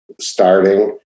starting